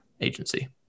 agency